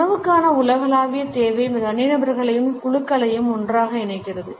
உணவுக்கான உலகளாவிய தேவை தனிநபர்களையும் குழுக்களையும் ஒன்றாக இணைக்கிறது